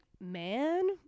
man